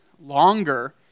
longer